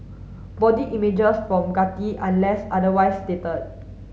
body images from Getty unless otherwise stated